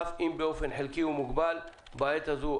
אף אם באופן חלקי ומוגבל בעת הזו.